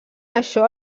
això